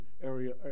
area